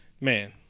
man